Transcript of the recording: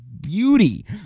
beauty